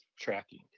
tracking